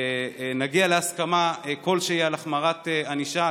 נגיע להסכמה כלשהי על החמרת הענישה,